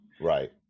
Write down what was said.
Right